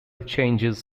changes